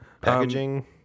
packaging